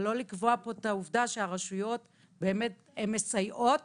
הרשויות הן מסייעות